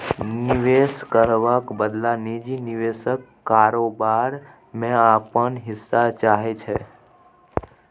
निबेश करबाक बदला निजी निबेशक कारोबार मे अपन हिस्सा चाहै छै